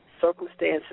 circumstances